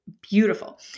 beautiful